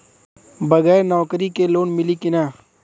बगर नौकरी क लोन मिली कि ना?